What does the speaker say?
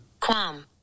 Quam